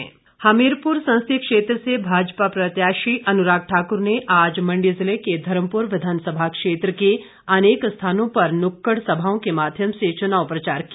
अनुराग हमीरपुर संसदीय क्षेत्र से भाजपा प्रत्याशी अनुराग ठाकुर ने आज मंडी जिले के धर्मपुर विधानसभा क्षेत्र के अनेक स्थानों पर नुक्कड़ सभाओं के माध्यम से चुनाव प्रचार किया